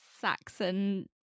Saxon